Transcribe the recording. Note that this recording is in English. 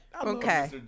Okay